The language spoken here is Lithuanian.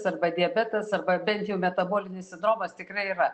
arba diabetas arba bent jau metabolinis sindromas tikrai yra